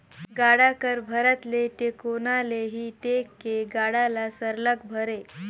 गाड़ा कर भरत ले टेकोना ले ही टेक के गाड़ा ल सरलग भरे